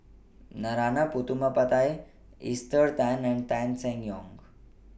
Narana Putumaippittan Esther Tan and Tan Seng Yong